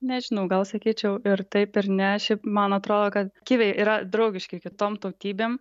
nežinau gal sakyčiau ir taip ir ne šiaip man atrodo kad kiviai yra draugiški kitom tautybėm